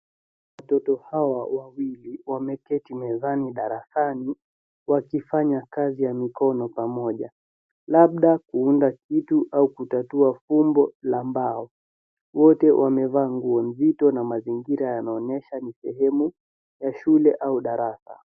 Watoto hao wawili wameketi mezani darasani wakifanya kazi ya mikono pamoja. Labda kuunda kitu au kutatua fumbo la mbao. Wote wamevaa nguo nzito na mazingira yanaonyesha ni sehemu ya shule au darasa.